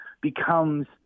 becomes